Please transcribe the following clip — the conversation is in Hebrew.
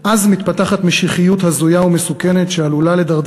אז מתפתחת משיחיות הזויה ומסוכנת שעלולה לדרדר